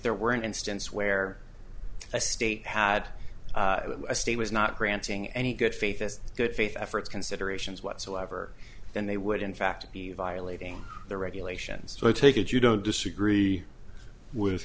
there were an instance where a state had a state was not granting any good faith as good faith efforts considerations whatsoever then they were it in fact be violating the regulations so i take it you don't disagree with